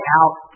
out